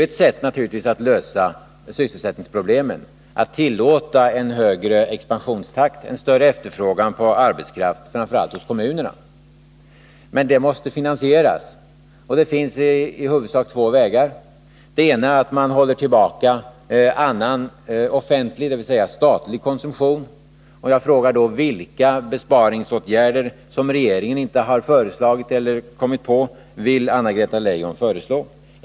Ett sätt att lösa sysselsättningsproblemen är naturligtvis att tillåta en högre expansionstakt, en större efterfrågan på arbetskraft, framför allt hos kommunerna. Men det måste finansieras. Det finns i huvudsak två vägar. Den ena är att man håller tillbaka annan offentlig, dvs. statlig, konsumtion. Jag frågar då: Vilka besparingsåtgärder, som regeringen inte har föreslagit eller kommit på, vill Anna-Greta Leijon föreslå?